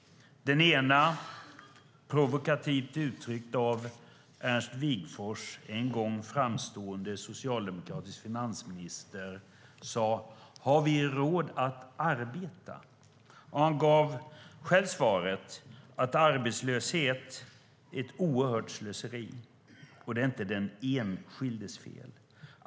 Den ena uttrycktes provokativt av Ernst Wigforss, en gång framstående socialdemokratisk finansminister. Han sade: Har vi råd att arbeta? Han gav själv svaret att arbetslöshet är ett oerhört slöseri, och det är inte den enskildes fel.